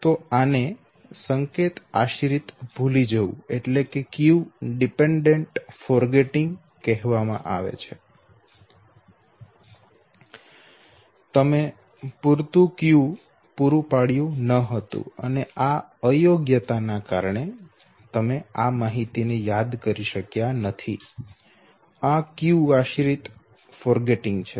તો આને સંકેત આશ્રિત ભૂલી જવું કહેવામાં આવે છે તમે પૂરતું ક્યૂ પૂરું પાડ્યું ન હતું અને આ અયોગ્યતાને કારણે તમે આ માહિતીને યાદ કરી શકતા નથી આ ક્યૂ આશ્રિત ભૂલી જવું છે